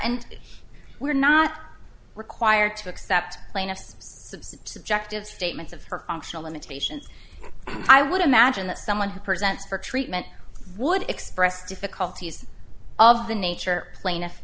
and we're not required to accept plaintiff's subjective statements of her functional limitations i would imagine that someone who presents for treatment would express difficulties of the nature plaintiff